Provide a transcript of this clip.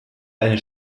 eine